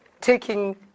taking